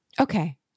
Okay